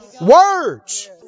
Words